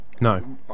No